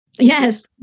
Yes